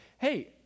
Hey